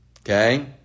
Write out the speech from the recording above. Okay